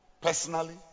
personally